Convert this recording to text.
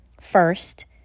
First